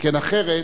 שכן אחרת,